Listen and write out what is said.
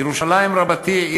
ירושלים רבתי,